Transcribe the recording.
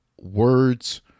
words